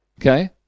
Okay